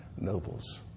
nobles